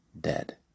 Dead